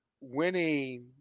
winning